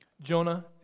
Jonah